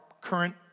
current